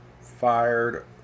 fired